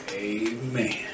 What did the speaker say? Amen